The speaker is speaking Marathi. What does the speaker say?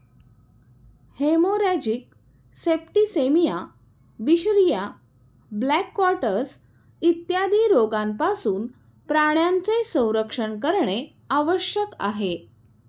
हेमोरॅजिक सेप्टिसेमिया, बिशरिया, ब्लॅक क्वार्टर्स इत्यादी रोगांपासून प्राण्यांचे संरक्षण करणे आवश्यक आहे